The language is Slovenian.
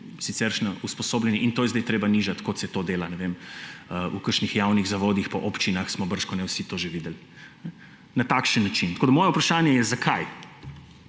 siceršnje usposobljeni in to je zdaj treba nižati, kot se to dela v kakšnih javnih zavodih – po občinah smo bržkone vsi to že videli – na takšen način. Tako je moje vprašanje, zakaj;